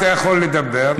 אתה יכול לדבר.